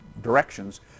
directions